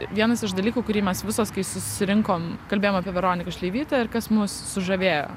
vienas iš dalykų kurį mes visos kai susirinkom kalbėjom apie veroniką šleivytę ir kas mus sužavėjo